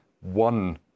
one